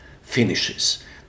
finishes